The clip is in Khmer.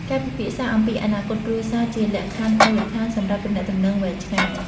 ការពិភាក្សាអំពីអនាគតគ្រួសារជាលក្ខខណ្ឌមូលដ្ឋានសម្រាប់ទំនាក់ទំនងវែងឆ្ងាយ។